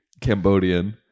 Cambodian